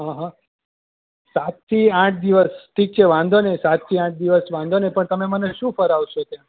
હં હં સાતથી આઠ દિવસ ઠીક છે વાંધો નહીં સાતથી આઠ દિવસ વાંધો નહીં પણ તમે મને શું ફેરવશો ત્યાં